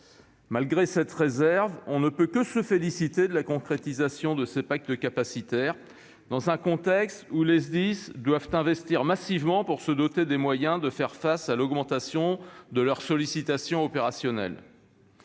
Malgré cette réserve, on ne peut que se féliciter de la concrétisation de ces pactes capacitaires dans un contexte où les Sdis doivent investir massivement pour se doter des moyens de faire face à l'augmentation des sollicitations opérationnelles.